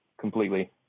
completely